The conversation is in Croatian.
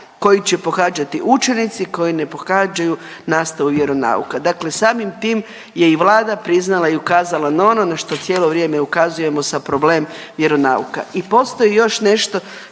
koji će pohađati učenici koji ne pohađaju nastavu vjeronauka. Dakle, samim tim je i Vlada priznala i ukazala na ono na što cijelo vrijeme ukazujemo sa problem vjeronauka. I postoji još nešto